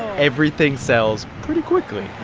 everything sells pretty quickly